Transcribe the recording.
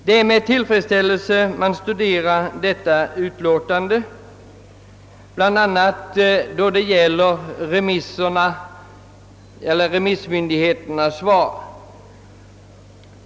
Det är med tillfredsställelse man studerar detta utlåtande, bl.a. med tanke på remissinstansernas svar.